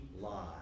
lie